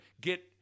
get